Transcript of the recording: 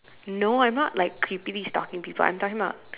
no I'm not like creepily stalking people I'm talking about